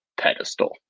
pedestal